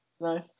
nice